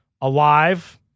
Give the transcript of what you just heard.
alive